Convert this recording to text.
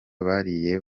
bariya